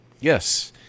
Yes